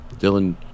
Dylan